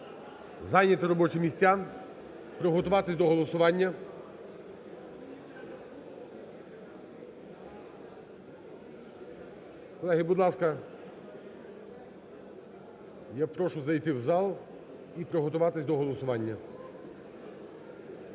зайняти робочі місця, приготуватися до голосування. Колеги, будь ласка, я прошу зайти в зал і приготуватися до голосування.